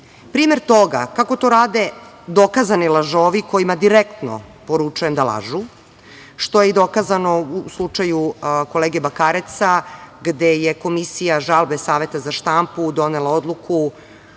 Primer toga kako to rade dokazani lažovi kojima direktno poručujem da lažu, što je i dokazano u slučaju kolege Bakareca, gde je Komisija žalbe Saveta za štampu donela odluku